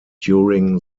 during